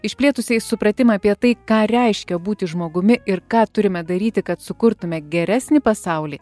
išplėtusiais supratimą apie tai ką reiškia būti žmogumi ir ką turime daryti kad sukurtume geresnį pasaulį